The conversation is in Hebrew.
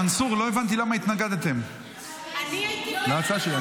מנסור, לא הבנתי למה התנגדתם להצעה שלי.